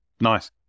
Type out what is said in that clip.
Nice